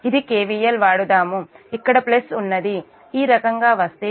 ఇప్పుడు KVL వాడదాము ఇక్కడ ప్లస్ ఉన్నది ఈ రకంగా వస్తే ఇక్కడ ప్లస్ Va2